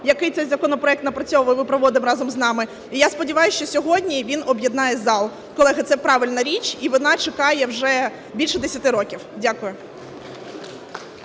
який цей законопроект напрацьовував і проводив разом з нами. І я сподіваюся, що сьогодні він об'єднає зал. Колеги, це правильна річ, і вона чекає вже більше 10 років. Дякую.